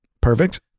Perfect